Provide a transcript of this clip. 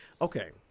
Okay